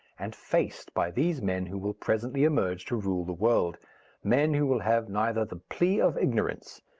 and faced by these men who will presently emerge to rule the world men who will have neither the plea of ignorance,